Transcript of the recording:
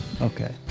Okay